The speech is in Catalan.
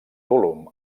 volum